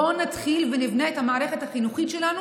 בואו נתחיל ונבנה את המערכת החינוכית שלנו